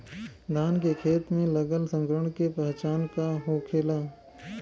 धान के खेत मे लगल संक्रमण के पहचान का होखेला?